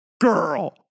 girl